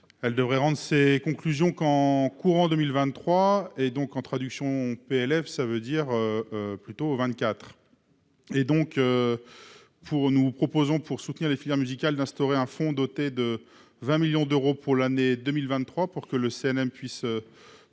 elle devrait rendre ses conclusions qu'en courant 2023 et donc en traduction PLF ça veut dire plutôt au 24. Et donc pour nous proposons pour soutenir les filières musicales d'instaurer un fonds doté de 20 millions d'euros pour l'année 2023 pour que le CNM puisse tourner